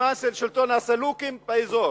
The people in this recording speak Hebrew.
בזמן שלטון הסלווקים באזור.